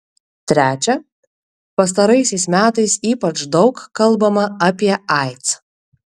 trečia pastaraisiais metais ypač daug kalbama apie aids